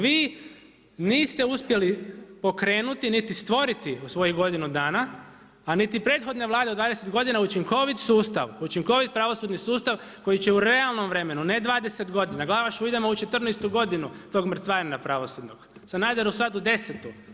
Vi niste uspjeli pokrenuti niti stvoriti u svojih godinu dana a niti prethodne Vlade u 20 godina učinovit sustav, učinkovit pravosudni sustav koji će u realnom vremenu, ne 20 godina, Glavašu idemo u 14. godinu tog mrcvarenja pravosudnog, Sanaderu sad u 10.